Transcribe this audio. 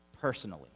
personally